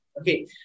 Okay